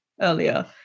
earlier